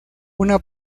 una